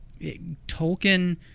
Tolkien